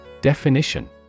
Definition